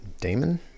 Damon